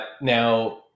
Now